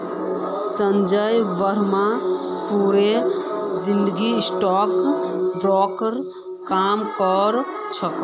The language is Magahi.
संजय बर्मा पूरी जिंदगी स्टॉक ब्रोकर काम करो छे